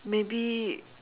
maybe